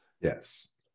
Yes